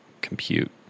compute